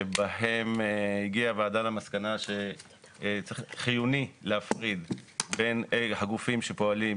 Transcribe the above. שבהם הגיעה הוועדה שחיוני להפריד בין הגופים שפועלים